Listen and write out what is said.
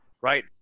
right